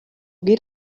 geht